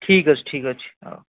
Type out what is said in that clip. ଠିକ୍ ଅଛି ଠିକ୍ ଅଛି ହଉ